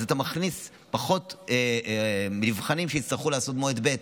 אתה מכניס פחות נבחנים שיצטרכו לעשות מועד ב'.